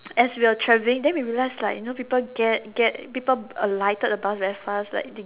as we were traveling then we realise like you know people get get people alighted the bus very fast like they